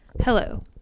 hello